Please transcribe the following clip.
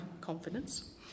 confidence